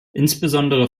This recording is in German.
insbesondere